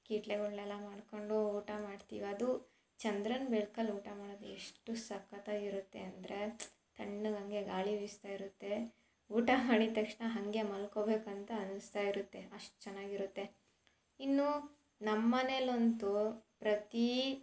ಕೀಟ್ಲೆಗಳ್ನೆಲ್ಲ ಮಾಡಿಕೊಂಡು ಊಟ ಮಾಡ್ತೀವಿ ಅದೂ ಚಂದ್ರನ ಬೆಳ್ಕಲ್ಲಿ ಊಟ ಮಾಡೋದು ಎಷ್ಟು ಸಕ್ಕತ್ತಾಗಿರುತ್ತೆ ಅಂದರೆ ತಣ್ಣಗೆ ಹಂಗೆ ಗಾಳಿ ಬೀಸ್ತಾ ಇರುತ್ತೆ ಊಟ ಮಾಡಿದ ತಕ್ಷಣ ಹಾಗೆ ಮಲ್ಕೋಬೇಕು ಅಂತ ಅನ್ನಿಸ್ತಾ ಇರುತ್ತೆ ಅಷ್ಟು ಚೆನ್ನಾಗಿರುತ್ತೆ ಇನ್ನು ನಮ್ಮ ಮನೆಯಲ್ಲಂತೂ ಪ್ರತಿ